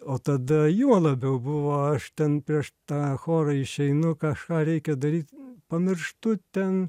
o tada juo labiau buvo aš ten prieš tą chorą išeinu kažką reikia daryt pamirštu ten